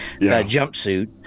jumpsuit